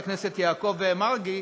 חבר הכנסת יעקב מרגי,